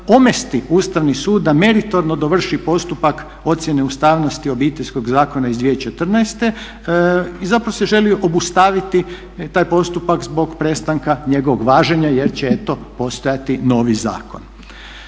omesti Ustavni sud da meritorno dovrši postupak ocjene ustavnosti Obiteljskog zakona iz 2014. i zapravo se želi obustaviti taj postupak zbog prestanka njegovog važenja, jer će eto postojati novi zakon.